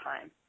time